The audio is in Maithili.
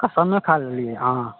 कसमे खा लेलियै हँ